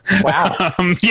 wow